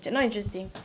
not interesting